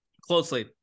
closely